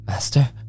Master